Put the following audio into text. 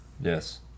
Yes